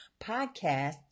podcast